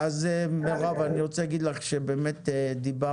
אז מרב אני רוצה להגיד לך שבאמת דיברת